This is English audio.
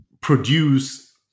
produce